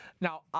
Now